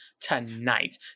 tonight